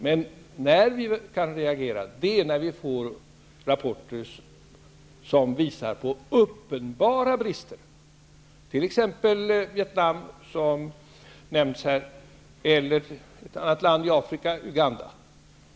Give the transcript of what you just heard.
Men vi kan reagera när vi får rapporter som visar på uppenbara brister. Det gäller t.ex. Vietnam, som nämnts här, eller ett land i Afrika som Uganda.